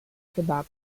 kebab